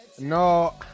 No